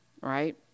Right